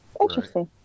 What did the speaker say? interesting